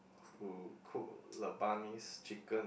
who cook Lebanese chicken